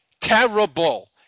Terrible